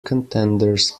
contenders